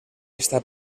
está